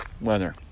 weather